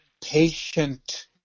patient